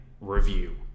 review